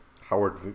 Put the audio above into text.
Howard